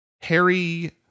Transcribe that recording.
Harry